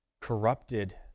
corrupted